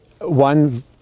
one